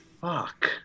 fuck